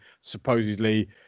supposedly